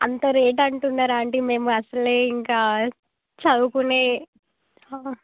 అంత రేట్ అంటున్నారు ఆంటీ మేము అసలే ఇంకా చదువుకునే